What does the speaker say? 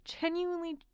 genuinely